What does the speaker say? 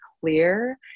clear